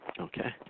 Okay